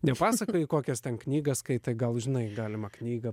nepasakoji kokias ten knygas skaitai gal žinai galima knygą